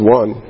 one